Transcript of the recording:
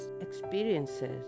experiences